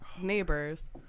Neighbors